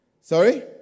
Sorry